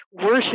worship